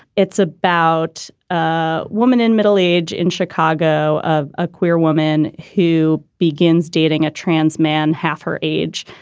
it's about a woman in middle age in chicago of a queer woman who begins dating a trans man half her age,